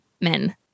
Men